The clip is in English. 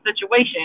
situation